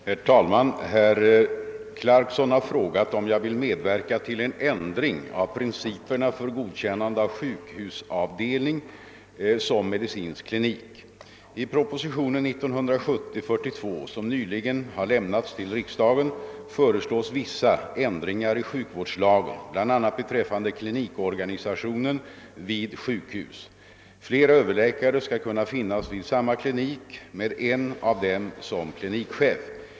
Herr talman! Herr Clarkson har frågat om jag vill medverka till en ändring av principerna för godkännande av sjukhusavdelning som medicinsk klinik. I propositionen 1970: 42, som nyligen har lämnats till riksdagen, föreslås vissa ändringar i sjukvårdslagen bl.a. beträffande klinikorganisationen vid sjukhus. Flera överläkare skall kunna finnas vid samma klinik med en av dem som klinikchef.